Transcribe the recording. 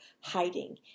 hiding